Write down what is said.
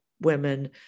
women